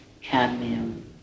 cadmium